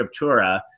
scriptura